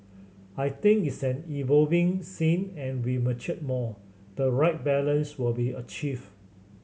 I think it's an evolving scene and we mature more the right balance will be achieved